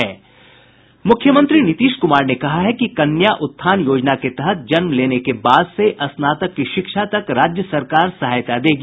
मुख्यमंत्री नीतीश कुमार ने कहा है कि कन्या उत्थान योजना के तहत जन्म लेने के बाद से स्नातक की शिक्षा तक राज्य सरकार सहायता देगी